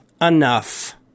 enough